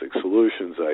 Solutions